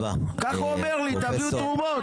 כך הוא אמר לי, תביאו תרומות.